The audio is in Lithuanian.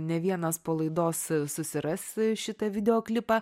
ne vienas po laidos susiras šitą videoklipą